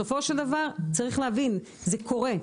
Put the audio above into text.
צריך להבין שזה קורה.